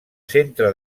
centre